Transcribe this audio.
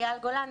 אייל גולן,